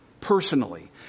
personally